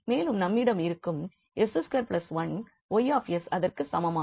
மேலும் நம்மிடம் இருக்கும் 𝑠2 1𝑌𝑠 அதற்கு சமமாகும்